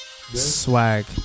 Swag